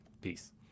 Peace